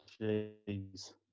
Jeez